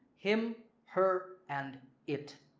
him, her, and it.